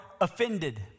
offended